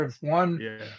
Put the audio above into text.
one